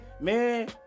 man